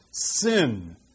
Sin